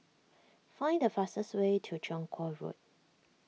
find the fastest way to Chong Kuo Road